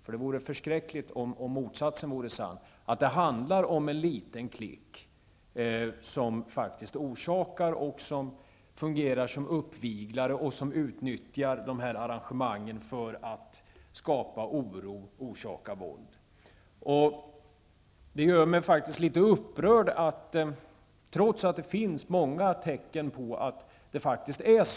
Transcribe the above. för det vore förskräckligt om motsatsen vore sann -- handlar om en liten klick som fungerar som uppviglare och som utnyttjar de här arrangemangen för att skapa oro och orsaka våld. Det finns många tecken på att det faktiskt är så.